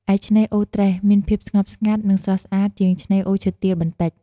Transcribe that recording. ឯ ឆ្នេរអូត្រេស មានភាពស្ងប់ស្ងាត់ និងស្រស់ស្អាតជាងឆ្នេរអូរឈើទាល បន្តិច។